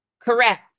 Correct